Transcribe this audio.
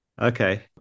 okay